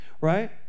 right